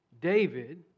David